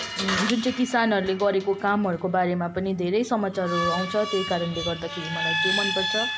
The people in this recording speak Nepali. जुन चाहिँ किसानहरूले गरेको कामहरूको बारेमा धेरै समाचारहरू आउँछ त्यही कारणले गर्दाखेरि मलाई त्यो मनपर्छ